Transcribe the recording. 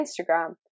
Instagram